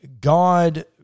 God